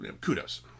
kudos